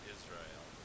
Israel